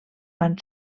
van